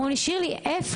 הם אומרים לי שירלי, איפה|?